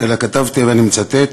אלא כתבתי, ואני מצטט